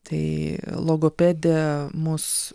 tai logopedė mus